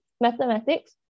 mathematics